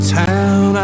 town